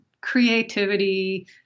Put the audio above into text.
creativity